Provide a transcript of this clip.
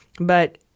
but-